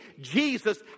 Jesus